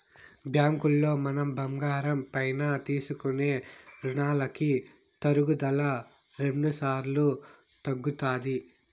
బ్యాంకులో మనం బంగారం పైన తీసుకునే రునాలకి తరుగుదల రెండుసార్లు తగ్గుతాది